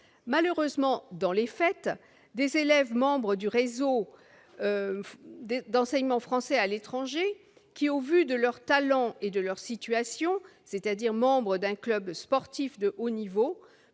Malheureusement, dans les faits, des élèves membres du réseau d'enseignement français à l'étranger qui, au vu de leur talent et de leur situation- ils sont membres d'un club sportif de haut niveau